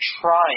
trying